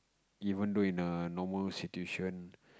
even though in a normal situation